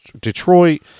Detroit